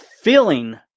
feeling